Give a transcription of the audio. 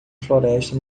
floresta